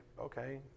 okay